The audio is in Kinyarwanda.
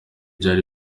byari